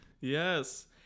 yes